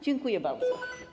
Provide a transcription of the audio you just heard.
Dziękuję bardzo.